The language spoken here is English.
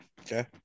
Okay